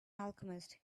alchemist